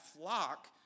flock